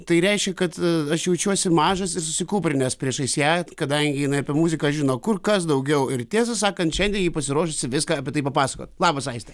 tai reiškia kad aš jaučiuosi mažas ir susikūprinęs priešais ją kadangi jinai apie muziką žino kur kas daugiau ir tiesą sakant šiandien ji pasiruošusi viską apie tai papasakoti labas aiste